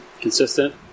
consistent